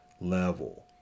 level